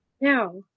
Now